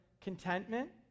contentment